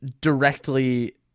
directly